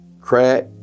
crack